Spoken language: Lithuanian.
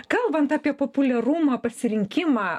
kalbant apie populiarumą pasirinkimą